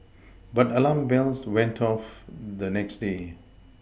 but alarm bells went off the next day